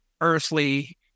earthly